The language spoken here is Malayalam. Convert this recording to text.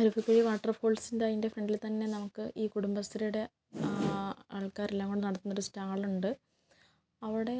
അരിക്കുപ്പീലെ വാട്ടർ ഫാൾസിൻ്റെ അതിൻ്റെ ഫ്രണ്ടിൽ തന്നെ നമുക്ക് ഈ കുടുംബശ്രീയുടെ ആൾക്കാരെല്ലാം കൂടെ നടത്തുന്ന ഒരു സ്റ്റാളുണ്ട് അവിടെ